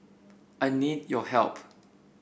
I need your help